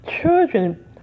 children